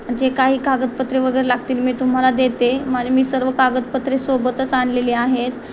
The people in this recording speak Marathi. जे काही कागदपत्रे वगैरे लागतील मी तुम्हाला देते माझे मी सर्व कागदपत्रे सोबतच आणलेली आहेत